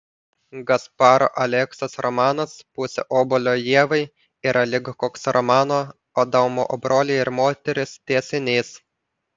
gasparo aleksos romanas pusė obuolio ievai yra lyg koks romano adomo broliai ir moterys tęsinys